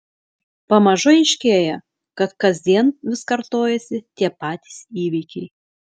pamažu aiškėja kad kasdien vis kartojasi tie patys įvykiai